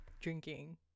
drinking